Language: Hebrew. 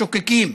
השוקקים,